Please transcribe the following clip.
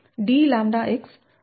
dx